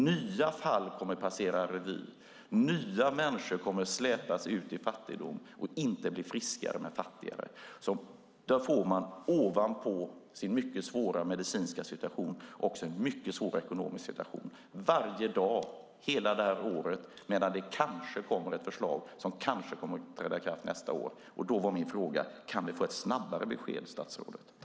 Nya fall kommer att passera revy. Nya människor kommer att släpas ut i fattigdom och inte bli friskare, men fattigare. Ovanpå sin mycket svåra medicinska situation får de också en mycket svår ekonomisk situation. Så är det varje dag hela det här året medan det kanske kommer ett förslag som kanske kommer att träda i kraft nästa år. Då var min fråga: Kan vi få ett snabbare besked, statsrådet?